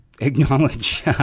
acknowledge